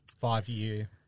five-year